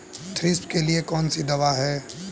Thrips के लिए कौन सी दवा है?